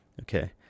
okay